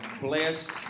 blessed